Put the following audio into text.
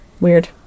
Weird